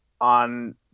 on